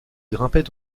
grimpait